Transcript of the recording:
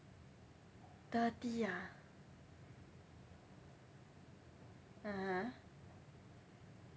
thirty ah (uh huh)